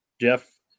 Jeff